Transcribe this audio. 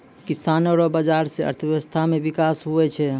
किसानो रो बाजार से अर्थव्यबस्था मे बिकास हुवै छै